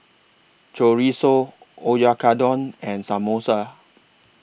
Chorizo Oyakodon and Samosa